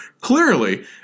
clearly